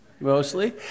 mostly